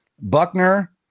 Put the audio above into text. Buckner